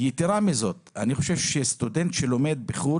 יתרה מזאת, אני חושב שסטודנט שלומד בחוץ